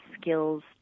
skills